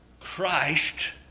Christ